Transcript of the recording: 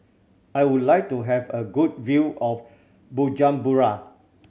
I would like to have a good view of Bujumbura